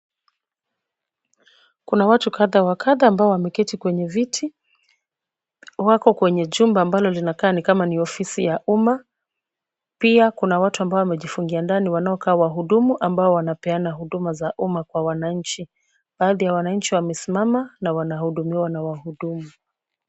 Kuna watu kadhaa wa kadhaa ambao wameketi kwenye viti, wako kwenye jumba ambalo linakaa ni kama ni ofisi ya umma. Pia kuna watu ambao wamejifungia ndani, wanaokaa wahudumu ambao wanapeana huduma za umma kwa wananchi baadhi ya wananchi wamesimama na wanahudumiwa na wahudumu.